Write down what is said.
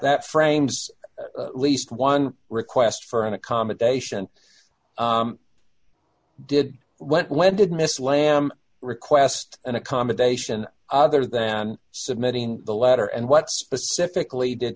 that frames least one request for an accommodation did what when did miss lamb request an accommodation other than submitting the letter and what specifically did